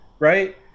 right